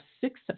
six